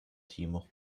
timo